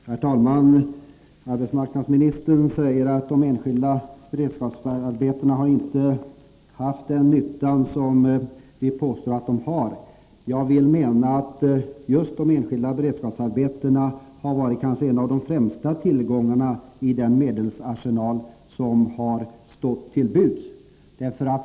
Herr talman! Arbetsmarknadsministern säger att de enskilda beredskapsarbetena inte haft den nytta som vi påstår att de har. Jag vill mena att just de enskilda beredskapsarbetena har varit en av de kanske främsta tillgångarna i den medelsarsenal som har stått till buds.